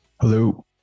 Hello